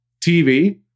TV